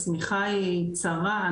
השמיכה היא צרה,